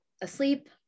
asleep